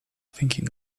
thinking